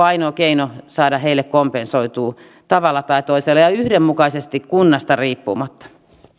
ainoa keino saada heille kompensoitua tavalla tai toisella ja yhdenmukaisesti kunnasta riippumatta